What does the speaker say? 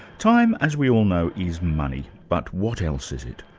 time, as we all know, is money, but what else is it?